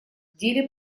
деле